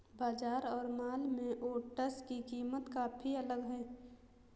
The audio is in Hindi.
बाजार और मॉल में ओट्स की कीमत काफी अलग है